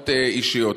האשמות אישיות.